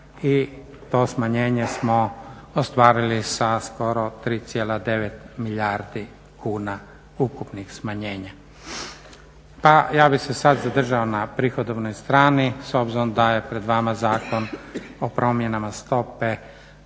i to smanjenje smo ostvarili sa skoro 3,9 milijardi kuna ukupnih smanjenja. Pa ja bih se sad zadržao na prihodovnoj strani s obzirom da je pred vama Zakon o promjenama stope